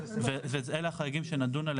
ואלו החריגים שיידונו,